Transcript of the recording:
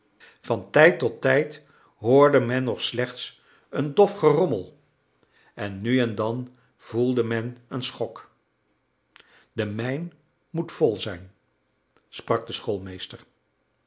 van tijd tot tijd hoorde men nog slechts een dof gerommel en nu en dan voelde men een schok de mijn moet vol zijn sprak de